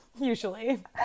Usually